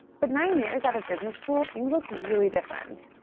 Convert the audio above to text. but nine years out of business school, things looked really different.